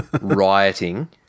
rioting